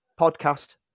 podcast